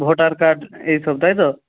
voter card এইসব তাই তো